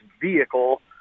vehicle